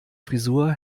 frisur